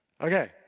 Okay